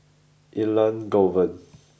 Elangovan